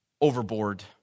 overboard